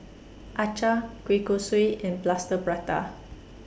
Acar Kueh Kosui and Plaster Prata